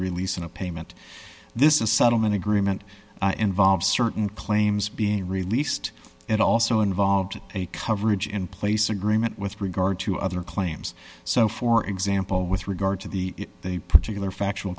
release and a payment this is settlement agreement involved certain claims being released it also involved a coverage in place agreement with regard to other claims so for example with regard to the a particular factual